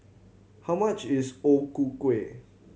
how much is O Ku Kueh